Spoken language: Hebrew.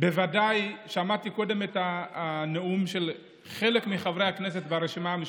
בוודאי ששמעתי קודם את הנאום של חלק מחברי הכנסת ברשימה המשותפת,